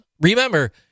Remember